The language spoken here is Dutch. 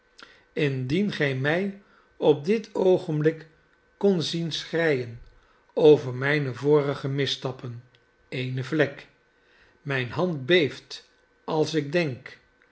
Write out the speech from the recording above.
indien gij mij op dit oogenblik kondt zien schreien over mijne vorige misstappen eene vlek myne hand beeft als ik denk